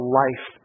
life